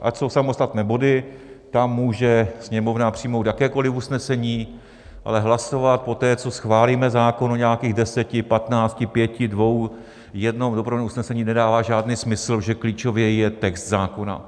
Ať jsou samostatné body, tam může Sněmovna přijmout jakékoli usnesení, ale hlasovat poté, co schválíme zákon, o nějakých deseti, patnácti, pěti, dvou, jednom doprovodném usnesení, nedává žádný smysl, protože klíčový je text zákona.